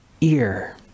ear